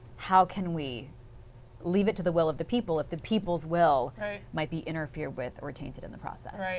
how can we leave it to the will of the people if the people's will might be interfered with or change it in the process?